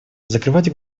закрывать